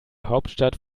hauptstadt